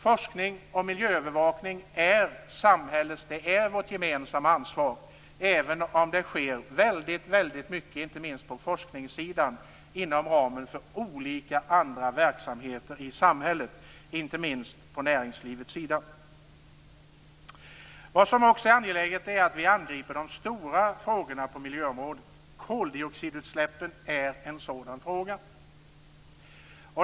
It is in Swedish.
Forskningen och miljöövervakningen är samhällets och vårt gemensamma ansvar även om det sker mycket, inte minst på forskningssidan, inom ramen för olika andra verksamheter i samhället, bl.a. från näringslivets sida. Det är också angeläget att vi angriper de stora frågorna på miljöområdet. Koldioxidutsläppen är en sådan fråga.